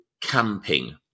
camping